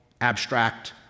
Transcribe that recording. abstract